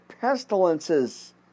pestilences